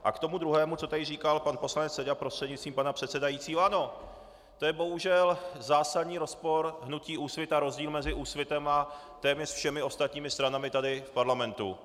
A k tomu druhému, co tady říkal pan poslanec, prostřednictvím pana předsedajícího, ano, to je bohužel zásadní rozpor hnutí Úsvit a rozdíl mezi Úsvitem a téměř všemi ostatními stranami tady v parlamentu.